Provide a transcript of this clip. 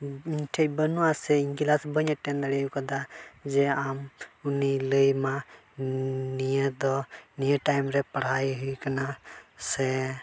ᱤᱧ ᱴᱷᱮᱱ ᱵᱟᱹᱱᱩᱜ ᱟᱥᱮ ᱤᱧ ᱠᱞᱟᱥ ᱵᱟᱹᱧ ᱮᱴᱮᱱ ᱫᱟᱲᱮ ᱠᱟᱣᱫᱟ ᱡᱮ ᱟᱢ ᱩᱱᱤᱭ ᱞᱟᱹᱭᱟᱢᱟ ᱱᱤᱭᱟᱹ ᱫᱚ ᱱᱤᱭᱟᱹ ᱴᱟᱭᱤᱢ ᱨᱮ ᱯᱟᱲᱦᱟᱣ ᱦᱩᱭᱩᱜ ᱠᱟᱱᱟ ᱥᱮ